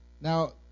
Now